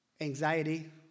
anxiety